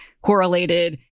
correlated